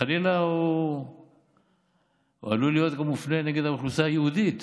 חלילה עלול גם להיות מופנה נגד האוכלוסייה היהודית.